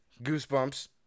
goosebumps